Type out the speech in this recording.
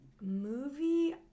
Movie